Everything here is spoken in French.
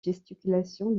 gesticulations